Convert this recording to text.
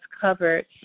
covered